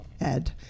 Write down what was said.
Ed